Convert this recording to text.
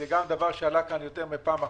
גם דבר שעלה כאן יותר מפעם אחת,